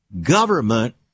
government